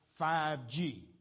5G